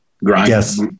Yes